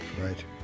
right